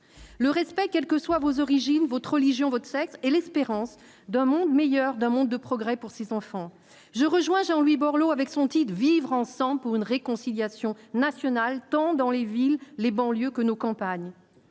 le respect, quelles que soient vos origines, votre religion, votre sexe et l'espérance d'un monde meilleur, d'un monde de progrès pour ses enfants, je rejoins Jean-Louis Borloo avec son titre vivre ensemble pour une réconciliation nationale, tant dans les villes, les banlieues que nos campagnes,